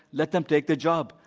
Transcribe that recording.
let them take the job.